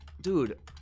Dude